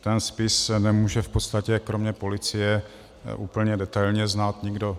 Ten spis nemůže v podstatě kromě policie úplně detailně znát nikdo.